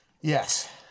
Yes